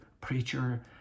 preacher